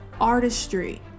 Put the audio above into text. artistry